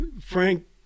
Frank